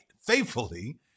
faithfully